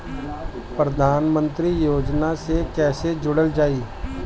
प्रधानमंत्री योजना से कैसे जुड़ल जाइ?